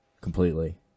Completely